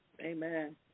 Amen